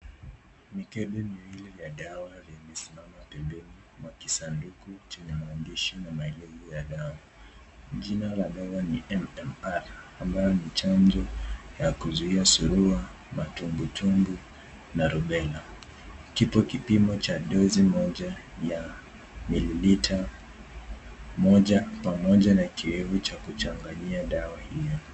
Mikebe miwili ya dawa yamesimama pembeni mwa kisanduku chenye maandishi na maelezo ya dawa. Jina la dawa ni MMR , ambayo ni chanjo ya kuzuia surua, matumbwitumbwi na rubela. Kipo kipimo cha dozi moja ya mililita moja pamoja na kiyevu cha kuchangania dawa hiyo.